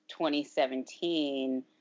2017